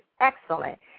excellent